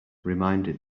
reminded